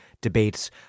debates